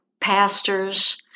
pastors